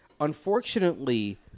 unfortunately